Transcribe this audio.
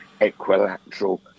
equilateral